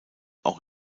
auch